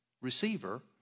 receiver